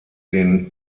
den